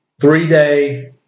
three-day